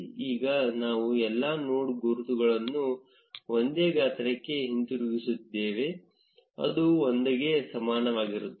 ಈಗ ನಾವು ಎಲ್ಲಾ ನೋಡ್ ಗುರುತುಗಳನ್ನು ಒಂದೇ ಗಾತ್ರಕ್ಕೆ ಹಿಂತಿರುಗಿಸಿದ್ದೇವೆ ಅದು 1 ಕ್ಕೆ ಸಮಾನವಾಗಿರುತ್ತದೆ